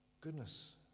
Goodness